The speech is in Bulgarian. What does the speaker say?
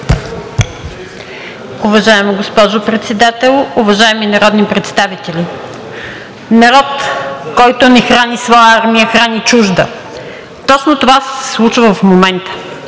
Уважаема госпожо Председател, уважаеми народни представители! Народ, който не храни своя армия, храни чужда. Точно това се случва в момента!